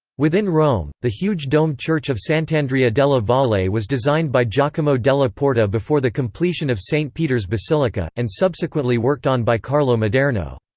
within rome, the huge domed church of sant'andrea della valle was designed by giacomo della porta before the completion of st peter's basilica, and subsequently worked on by carlo maderno.